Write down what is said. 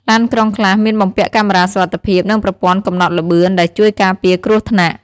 ឡានក្រុងខ្លះមានបំពាក់កាមេរ៉ាសុវត្ថិភាពនិងប្រព័ន្ធកំណត់ល្បឿនដែលជួយការពារគ្រោះថ្នាក់។